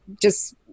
just-